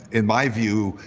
in my view,